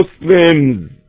Muslims